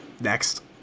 Next